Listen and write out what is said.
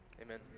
Amen